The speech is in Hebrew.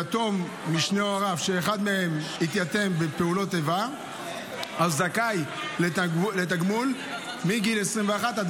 יתום משני הוריו שהתייתם מאחד מהם בפעולות איבה זכאי לתגמול מגיל 21 עד